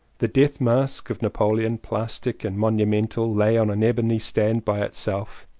the death-mask of napoleon, plastic and monumental, lay on an ebony stand by itself.